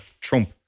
Trump